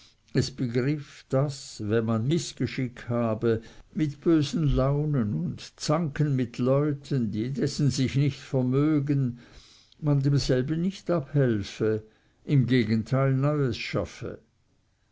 es begriff daß wenn man mißgeschick habe mit bösen launen und zanken mit leuten die dessen sich nicht vermögen man demselben nicht abhelfe im gegenteil neues schaffe